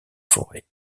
forêt